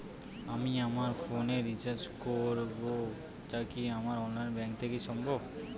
আমি আমার ফোন এ রিচার্জ করব টা কি আমার অনলাইন ব্যাংক থেকেই সম্ভব?